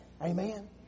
Amen